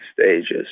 stages